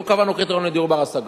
לא קבענו קריטריון לדיור בר-השגה.